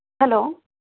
hello